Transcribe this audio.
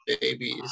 babies